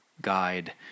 guide